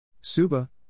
Suba